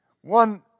One